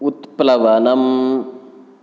उत्प्लवनम्